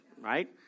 right